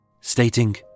stating